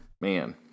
Man